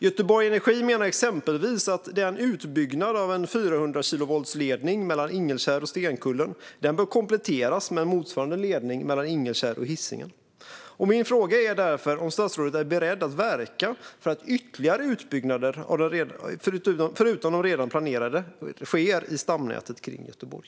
Göteborg Energi menar exempelvis att utbyggnaden av en 400-kilovoltsledning mellan Ingelkärr och Stenkullen bör kompletteras med en motsvarande ledning mellan Ingelkärr och Hisingen. Min fråga är därför om statsrådet är beredd att verka för att ytterligare utbyggnader, förutom de redan planerade, sker i stamnätet kring Göteborg.